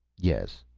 yes.